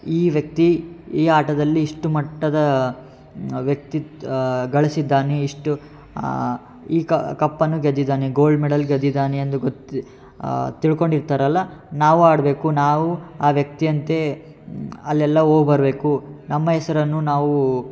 ಈ ವ್ಯಕ್ತಿ ಈ ಆಟದಲ್ಲಿ ಇಷ್ಟು ಮಟ್ಟದ ವ್ಯಕ್ತಿತ್ ಗಳಿಸಿದ್ದಾನೆ ಇಷ್ಟು ಈ ಕಪ್ಪನ್ನು ಗೆದ್ದಿದ್ದಾನೆ ಗೋಲ್ಡ್ ಮೆಡಲ್ ಗೆದ್ದಿದ್ದಾನೆ ಎಂದು ಗುತ್ ತಿಳ್ಕೊಂಡು ಇರ್ತಾರಲ್ಲ ನಾವೂ ಆಡಬೇಕು ನಾವೂ ಆ ವ್ಯಕ್ತಿ ಅಂತೆ ಅಲ್ಲೆಲ್ಲ ಹೋಗ್ ಬರಬೇಕು ನಮ್ಮ ಹೆಸರನ್ನು ನಾವು